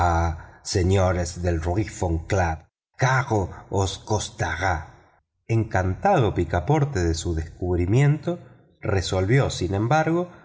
señores del reform club caro os costará encantado picaporte de su descubrimiento resolvió sin embargo